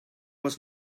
was